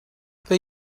they